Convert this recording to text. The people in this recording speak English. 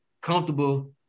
comfortable